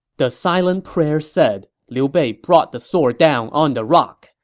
the so and prayer said, liu bei brought the sword down on the rock.